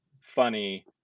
funny